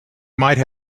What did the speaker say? might